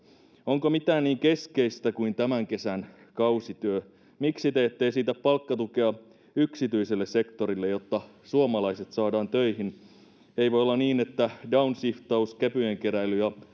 onko mitään niin keskeistä kuin tämän kesän kausityö miksi te ette esitä palkkatukea yksityiselle sektorille jotta suomalaiset saadaan töihin ei voi olla niin että downshiftaus käpyjen keräily ja